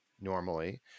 normally